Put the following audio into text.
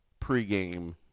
pregame